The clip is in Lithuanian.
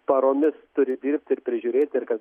paromis turi dirbti ir prižiūrėti ir kad